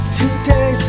today